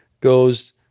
goes